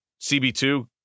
CB2